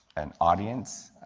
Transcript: an audience,